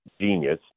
genius